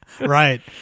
right